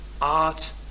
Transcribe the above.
art